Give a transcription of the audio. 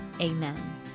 Amen